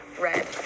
red